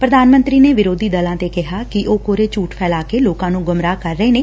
ਪ੍ਰਧਾਨ ਮੰਤਰੀ ਨੇ ਵਿਰੋਧੀ ਦਲਾ ਤੇ ਕਿਹਾ ਕਿ ਉਹ ਕੋਰੇ ਝੂਠ ਫੈਲਾ ਕੇ ਲੋਕਾ ਨੂੰ ਗੁੰਮਰਾਮ ਕਰ ਰਹੇ ਨੇ